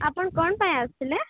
ଆପଣ କ'ଣ ପାଇଁ ଆସିଥିଲେ